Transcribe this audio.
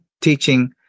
teaching